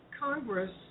Congress